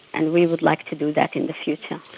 and we would like to do that in the future.